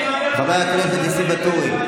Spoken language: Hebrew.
חבר הכנסת ניסים ואטורי,